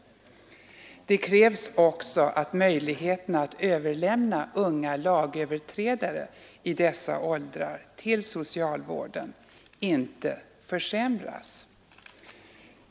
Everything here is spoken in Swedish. Det krävs också att möjligheterna att överlämna unga lagöverträdare i dessa åldrar till socialvården inte försämras.